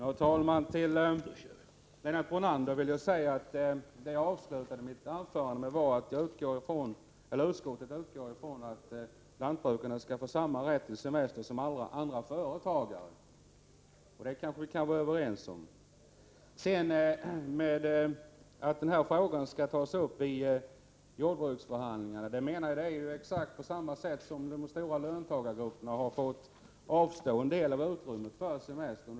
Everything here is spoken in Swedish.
Herr talman! För Lennart Brunander vill jag peka på att jag avslutade mitt anförande med att utskottet utgår ifrån att lantbrukarna skall få samma rätt till semester som alla andra företagare, och det kanske vi kan vara överens om. Den här frågan skall tas upp i jordbruksförhandlingarna. Exakt på samma sätt har det varit för de stora löntagargrupperna, som har fått avstå en del av löneutrymmet för semestern.